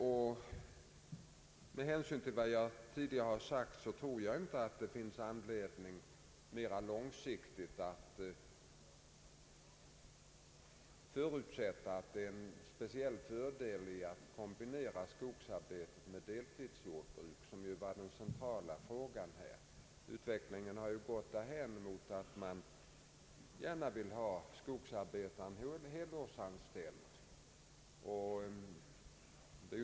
Med hänsyn till vad jag tidigare sagt tror jag inte att det finns anledning att på längre sikt förutsätta att det är en speciell fördel att kombinera skogsarbete med deltidsjordbruk — vilket var det centrala i frågan. Utvecklingen har nämligen gått därhän att man gärna vill ha skogsarbetarna helårsanställda.